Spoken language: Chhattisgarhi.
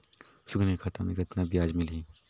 सुकन्या खाता मे कतना ब्याज मिलही?